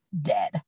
dead